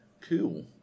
cool